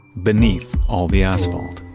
beneath all the asphalt